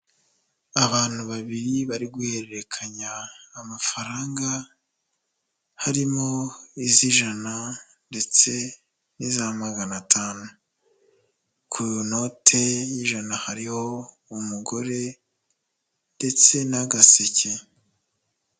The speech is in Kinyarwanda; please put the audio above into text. Abantu babiri bari guhererekanya amafaranga, harimo iz'ijana ndetse n'iza magana atanu. Ku note y'ijana hariho umugore ndetse n'agaseke.